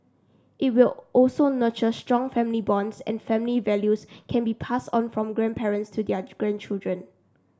it will also nurture strong family bonds and family values can be passed on from grandparents to their grandchildren